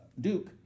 Duke